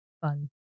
fun